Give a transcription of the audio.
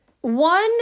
One